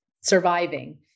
surviving